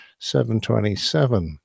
727